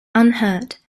unhurt